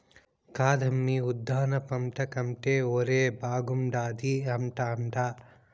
కాదమ్మీ ఉద్దాన పంట కంటే ఒరే బాగుండాది అంటాండా